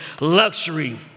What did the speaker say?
luxury